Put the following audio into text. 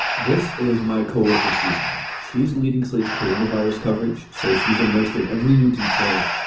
this is my co-worker, susan. she's leading slate's coronavirus coverage. so she's immersed in every new detail,